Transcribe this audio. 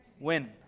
win